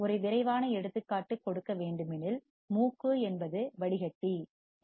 ஒரு விரைவான எடுத்துக்காட்டு கொடுக்க வேண்டுமெனில் மூக்கு என்பது வடிகட்டி பில்டர்